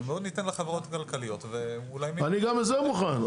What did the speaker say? בואו ניתן לחברות הכלכליות ואולי --- אני גם את זה מוכן.